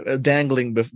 dangling